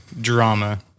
drama